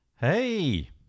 Hey